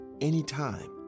Anytime